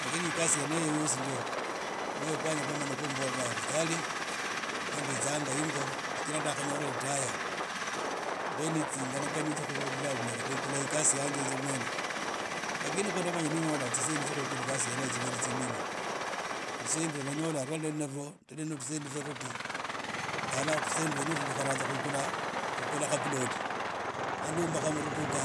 Lakini ikhasi yene eyo yosi mwoyo khwanje kwhwamanya khumbola afadhali lwa nditsnag ingo yani ndakghanyola ritaya mbe ne tsinganagani tsyo khubola nyala khubuola nyala kwikhula ikasi yanje inze mwene lakini ne nyola tsissendi tso khwikhuka ikasi yenee eyo ni tsindinyu tusendi twa ndanyola lwene lla ndio titsendi tuba tudi ndala tutsendi twene tunyala khukhula khaploti andumbakha mu rhudukha